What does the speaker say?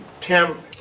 Tim